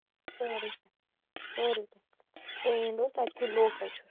سورُے کیٚنہہ سورُے کیٚنہہ ٹرٛینڈ اوس تِتہِ کُے لوکَل چھِ سُہ